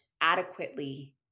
adequately